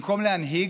במקום להנהיג,